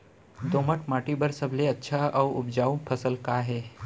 दोमट माटी बर सबले अच्छा अऊ उपजाऊ फसल का हे?